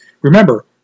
Remember